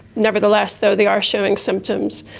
nevertheless though they are showing symptoms.